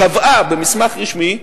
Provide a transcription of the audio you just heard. קבעה במסמך רשמי,